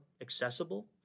accessible